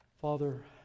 Father